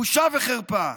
בושה וחרפה.